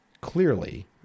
Clearly